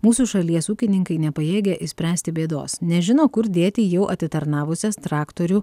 mūsų šalies ūkininkai nepajėgia išspręsti bėdos nežino kur dėti jau atitarnavusias traktorių